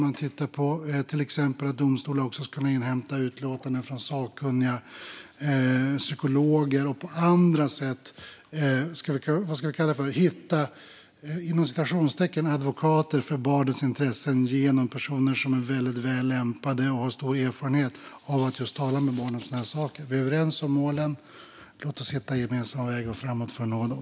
Man tittar också på att låta domstolar inhämta utlåtanden från sakkunniga psykologer och på andra sätt hitta "advokater" för barnens intressen i personer som är väldigt väl lämpade och har stor erfarenhet av att tala med barn om sådana här saker. Vi är överens om målen. Låt oss hitta gemensamma vägar framåt för att nå dem.